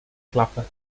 klappe